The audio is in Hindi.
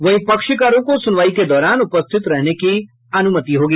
वहीं पक्षकारों को सुनवाई के दौरान उपस्थित रहने की अनुमति होगी